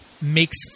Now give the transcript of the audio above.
makes